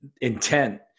intent